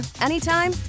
anytime